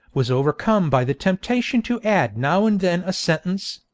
was overcome by the temptation to add now and then a sentence,